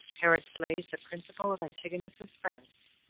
herod slays the principal of antigonus's friends,